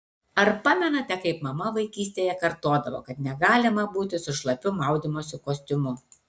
ar pamenate kaip mama vaikystėje kartodavo kad negalima būti su šlapiu maudymosi kostiumu